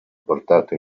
portate